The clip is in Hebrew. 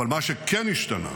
אבל מה שכן השתנה